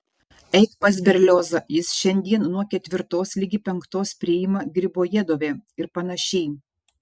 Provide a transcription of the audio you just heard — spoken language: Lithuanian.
eik pas berliozą jis šiandien nuo ketvirtos ligi penktos priima gribojedove ir panašiai